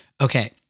okay